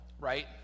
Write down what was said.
right